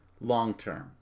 long-term